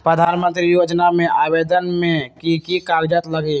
प्रधानमंत्री योजना में आवेदन मे की की कागज़ात लगी?